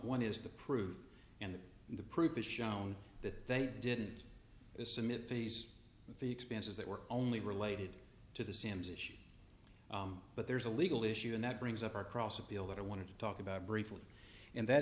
one is the proof and the proof is shown that they didn't submit phase the expenses that were only related to the sam's issue but there's a legal issue and that brings up our cross appeal that i want to talk about briefly and that